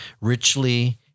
richly